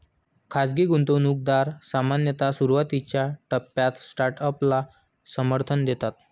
खाजगी गुंतवणूकदार सामान्यतः सुरुवातीच्या टप्प्यात स्टार्टअपला समर्थन देतात